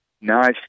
nice